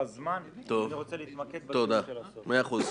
חברים,